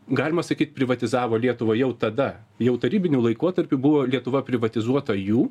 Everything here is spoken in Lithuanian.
galima sakyt privatizavo lietuvą jau tada jau tarybiniu laikotarpiu buvo lietuva privatizuota jų